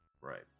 right